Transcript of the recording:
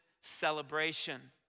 celebration